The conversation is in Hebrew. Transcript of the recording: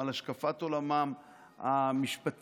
על השקפת עולמם המשפטית,